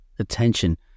attention